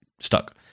stuck